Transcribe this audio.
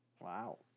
Wow